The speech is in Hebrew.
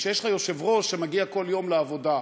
כשיש לך יושב-ראש שמגיע כל יום לעבודה,